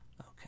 Okay